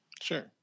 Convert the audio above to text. Sure